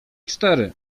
cztery